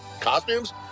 costumes